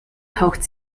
taucht